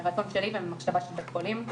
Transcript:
מרצון שלי וממחשבה של בית חולים.